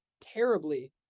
terribly